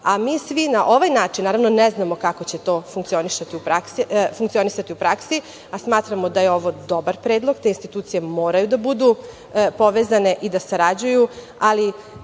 svi na ovaj način, naravno ne znamo kako će to funkcionisati u praksi, ali smatramo da je ovo dobar predlog. Te institucije moraju da budu povezane i da sarađuju, ali